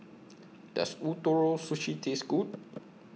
Does Ootoro Sushi Taste Good